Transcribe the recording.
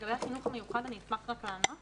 לגבי החינוך המיוחד, אני אשמח רק לענות.